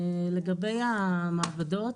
לגבי המעבדות,